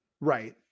Right